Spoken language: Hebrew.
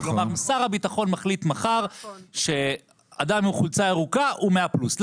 כלומר שר הביטחון מחליט מחר שאדם עם חולצה ירוקה הוא 100 פלוס,